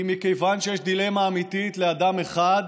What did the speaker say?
היא מכיוון שיש דילמה אמיתית לאדם אחד: